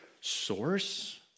source